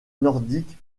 nordique